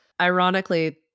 Ironically